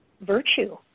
virtue